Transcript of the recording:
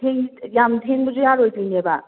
ꯌꯥꯝ ꯊꯦꯡꯕꯁꯨ ꯌꯥꯔꯣꯏꯗꯣꯏꯅꯦꯕ